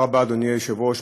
תודה רבה, אדוני היושב-ראש.